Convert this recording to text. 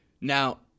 Now